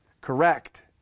correct